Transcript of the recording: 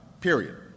Period